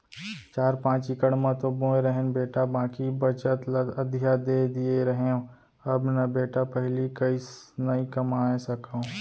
चार पॉंच इकड़ म तो बोए रहेन बेटा बाकी बचत ल अधिया दे दिए रहेंव अब न बेटा पहिली कस नइ कमाए सकव